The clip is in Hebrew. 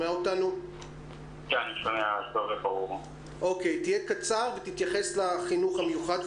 תהיה קצר ותתייחס לחינוך המיוחד,